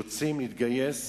רוצים להתגייס